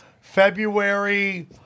February